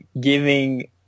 giving